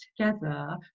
together